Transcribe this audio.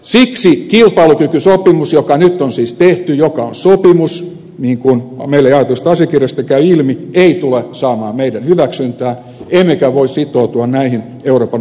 siksi kilpailukykysopimus joka nyt on siis tehty joka on sopimus niin kuin meille jaetuista asiakirjoista käy ilmi ei tule saamaan meidän hyväksyntäämme emmekä voi sitoutua näihin euroopan oikeiston linjauksiin